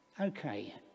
Okay